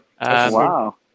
Wow